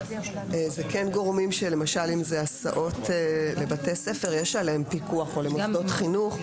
אם אלה הסעות לבתי ספר או למוסדות חינוך,